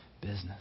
business